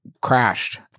crashed